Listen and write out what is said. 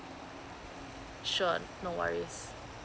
sure no worries